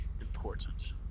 important